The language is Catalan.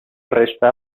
resta